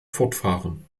fortfahren